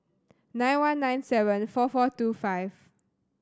nine one nine seven four four two five